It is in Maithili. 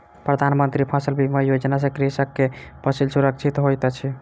प्रधान मंत्री फसल बीमा योजना सॅ कृषक के फसिल सुरक्षित होइत अछि